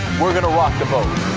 we're gonna rock the boat.